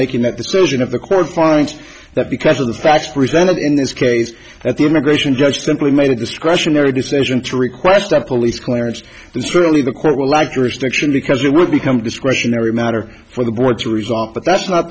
making that decision of the court finds that because of the facts presented in this case that the immigration judge simply made a discretionary decision to request a police clearance the certainly the court will like restriction because it would become discretionary matter for the board to resolve but that's not